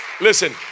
Listen